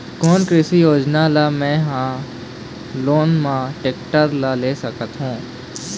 कोन कृषि योजना ले मैं हा लोन मा टेक्टर ले सकथों?